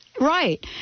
Right